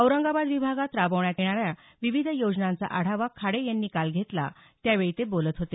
औरंगाबाद विभागात राबवण्यात येणाऱ्या विविध योजनांचा आढावा खाडे यांनी काल घेतला त्यावेळी ते बोलत होते